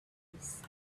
peace